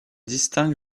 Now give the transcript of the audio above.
distingue